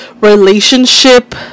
relationship